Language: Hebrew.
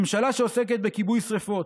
ממשלה שעוסקת בכיבוי שרפות,